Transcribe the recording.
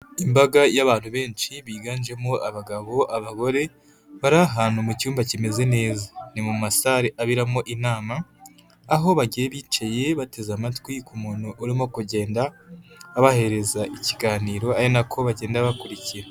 Imbaga y'abantu benshi biganjemo abagabo, abagore bari ahantu mu cyumba kimeze neza. Ni muma sare aberamo inama, aho bagiye bicaye bateze amatwi ku muntu urimo kugenda abahereza ikiganiro, ari nako bagenda bakurikira.